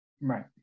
Right